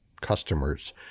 customers